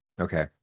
okay